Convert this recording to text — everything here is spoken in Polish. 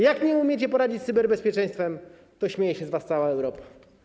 Jak nie umiecie sobie poradzić z cyberbezpieczeństwem, to śmieje się z was cała Europa.